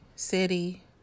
City